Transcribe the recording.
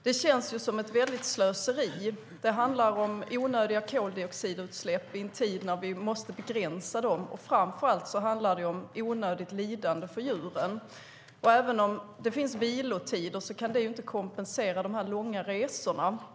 Det känns som ett väldigt slöseri. Det handlar om onödiga koldioxidutsläpp i en tid när vi måste begränsa dem, och framför allt handlar det om onödigt lidande för djuren. Även om det finns vilotider för djuren kan de inte kompensera de här långa resorna.